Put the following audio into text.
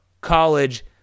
college